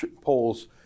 polls